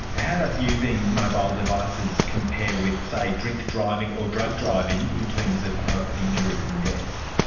how does using mobile devices compare with, say, drink driving or drug driving in terms of of injuries and death?